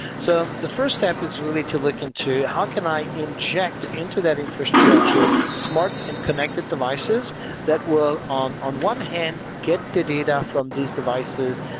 so the first step is really to look into how can i inject into that infrastructure smart and connected devices that will, on on one hand, get the data from these devices,